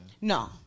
No